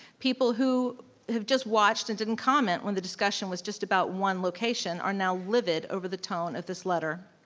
people who have just watched and didn't comment when the discussion was just about one location are now livid over the tone of this letter.